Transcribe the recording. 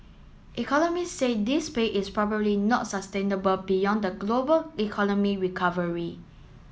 economists said this pace is probably not sustainable beyond the global economic recovery